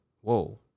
Whoa